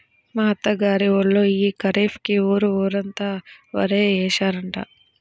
మా అత్త గారి ఊళ్ళో యీ ఖరీఫ్ కి ఊరు ఊరంతా వరే యేశారంట